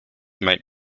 mate